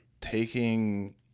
taking